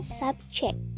subject